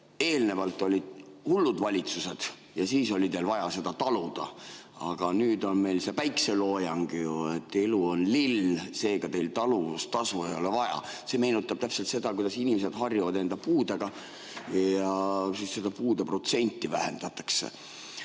eelnevalt olid hullud valitsused ja siis oli teil vaja seda taluda, aga nüüd on meil see päikeseloojang ju, elu on lill, seega teil talumistasu ei ole vaja. See meenutab täpselt seda, kuidas inimesed harjuvad enda puudega ja seda puude protsenti vähendatakse.